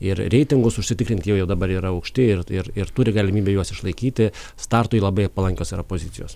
ir reitingus užsitikrint dabar yra aukšti ir ir turi galimybę juos išlaikyti startui labai palankios pozicijos